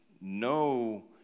no